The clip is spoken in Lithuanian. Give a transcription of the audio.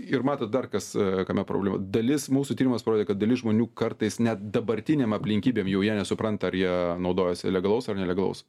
ir matot dar kas kame problema dalis mūsų tyrimas parodė kad dalis žmonių kartais net dabartinėm aplinkybėm jau jie nesupranta ar jie naudojasi legalaus ar nelegalaus